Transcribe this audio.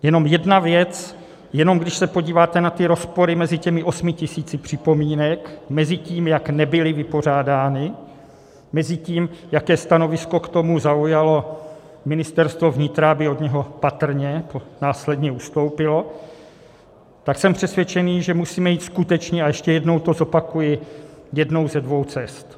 Jenom jedna věc, jenom když se podíváte na ty rozpory mezi 8 tisíci připomínek, mezi tím, jak nebyly vypořádány, tím, jaké stanovisko k tomu zaujalo Ministerstvo vnitra, aby od něj patrně následně ustoupilo, tak jsem přesvědčený, že musíme jít skutečně, a ještě jednou to zopakuji, jednou ze dvou cest.